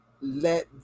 Let